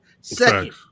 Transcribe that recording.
Second